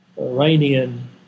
Iranian